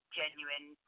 genuine